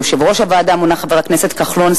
ליושב-ראש הוועדה מונה חבר הכנסת כחלון,